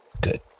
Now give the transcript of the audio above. Good